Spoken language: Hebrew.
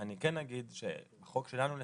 אני כן אגיד שבחוק שלנו לפחות,